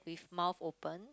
mouth open